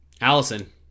Allison